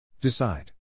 Decide